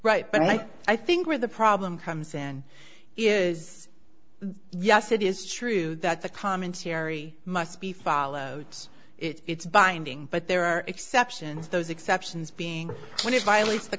right but i think where the problem comes in is yes it is true that the commentary must be followed it's binding but there are exceptions those exceptions being punished violates the